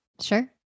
sure